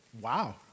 wow